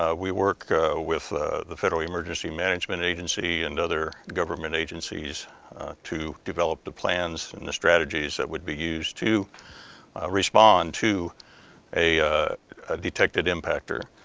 ah we work with ah the federal emergency management agency and other government agencies to develop the plans and the strategies that would be used to respond to a detected impactor.